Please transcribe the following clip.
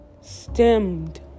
stemmed